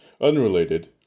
Unrelated